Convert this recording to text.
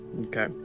Okay